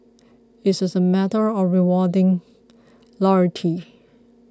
it is a matter of rewarding loyalty